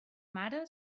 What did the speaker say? mare